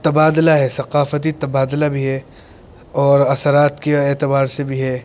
تبادلہ ہے ثقافتی تبادلہ بھی ہے اور اثرات کے اعتبار سے بھی ہے